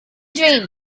dream